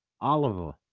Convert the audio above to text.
Oliver